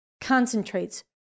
concentrates